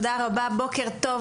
בוקר טוב,